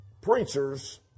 preachers